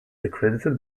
accredited